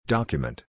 Document